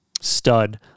stud